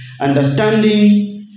understanding